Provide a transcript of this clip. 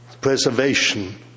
preservation